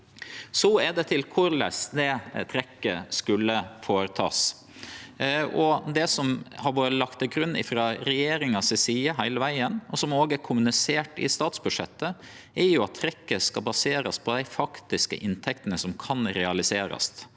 Så til korleis det trekket skulle gjerast: Det som har vore lagt til grunn frå regjeringa si side heile vegen, og som også er kommunisert i statsbudsjettet, er at trekket skal baserast på dei faktiske inntektene som kan realiserast,